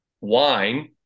wine